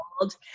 old